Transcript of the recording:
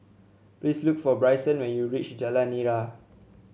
please look for Bryson when you reach Jalan Nira